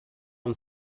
man